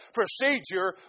procedure